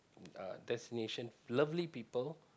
uh destination lovely people